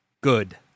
good